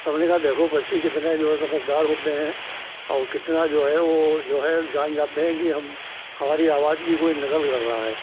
तो हमने कहा कि देखो पक्षी कितने जो है समझदार होते हैं और कितना जो है वह जो है जान जाते हैं कि हम हमारी आवाज़ की कोई नकल रहा है